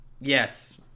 Yes